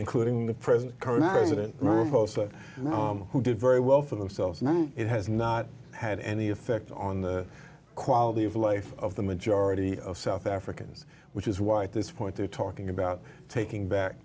including the present current president who did very well for themselves now it has not had any effect on the quality of life of the majority of south africans which is why at this point they're talking about taking